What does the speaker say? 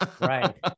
Right